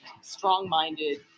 strong-minded